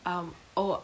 um oh